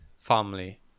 family